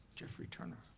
jeffrey turner.